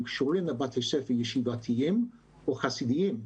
הם קשורים לבתי ספר ישיבתיים או חסידיים.